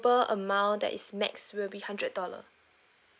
amount that is max will be hundred dollar